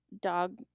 dog